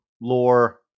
lore